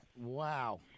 Wow